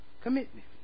Commitment